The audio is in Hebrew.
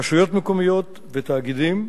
רשויות מקומיות ותאגידים,